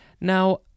Now